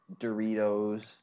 Doritos